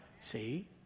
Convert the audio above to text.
See